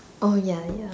oh ya ya